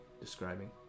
describing